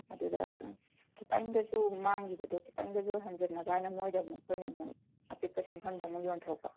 ꯑꯗꯨꯗ ꯈꯤꯇꯪꯗꯁꯨ ꯃꯥꯡꯒꯤꯕꯗꯣ ꯈꯤꯇꯪꯗꯁꯨ ꯍꯟꯖꯤꯟꯅꯕꯅ ꯃꯣꯏꯗ ꯑꯃꯨꯛ ꯑꯩꯈꯣꯏꯅ ꯑꯃꯨꯛ ꯑꯄꯤꯛꯄ ꯁꯦꯟꯐꯝꯗ ꯑꯃꯨꯛ ꯌꯣꯟꯊꯣꯛꯄ